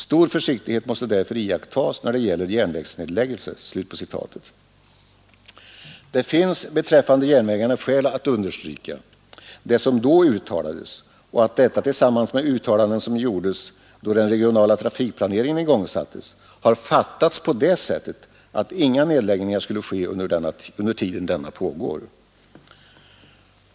Stor försiktighet måste därför iakttas när det gäller järnvägsnedläggelser.” Det finns beträffande järnvägarna skäl att understryka det som då uttalades och att detta tillsammans med uttalanden som gjordes när den regionala trafikplaneringen igångsattes har fattats på det sättet att inga nedläggningar skulle ske under tiden denna planering pågår.